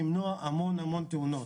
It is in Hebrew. המון המון תאונות.